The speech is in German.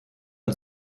und